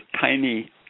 tiny